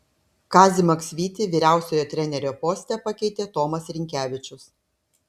kazį maksvytį vyriausiojo trenerio poste pakeitė tomas rinkevičius